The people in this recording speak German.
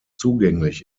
zugänglich